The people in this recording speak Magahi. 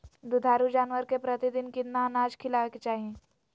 दुधारू जानवर के प्रतिदिन कितना अनाज खिलावे के चाही?